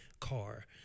car